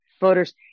voters